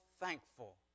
thankful